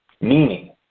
Meaning